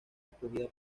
escogida